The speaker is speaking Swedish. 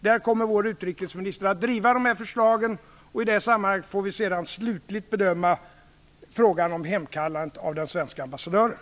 Där kommer vår utrikesminister att driva de förslagen. I det sammanhanget får vi sedan slutligt bedöma frågan om hemkallande av den svenske ambassadören.